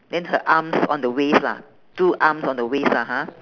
then her arms on the waist lah two arms on the waist lah ha